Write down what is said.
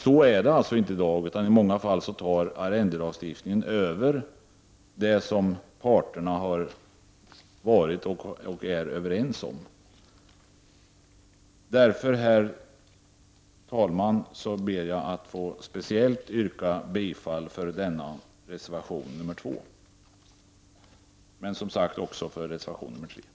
Så är det alltså inte i dag, då arrendelagstiftningen i många fall tar över det som parterna har varit och är överens om. Därför, herr talman, ber att jag att få yrka bifall speciellt till reservation nr 2 men också till reservation nr 3.